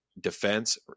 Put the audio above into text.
defense